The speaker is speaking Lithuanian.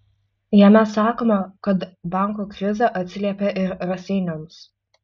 jame sakoma kad bankų krizė atsiliepė ir raseiniams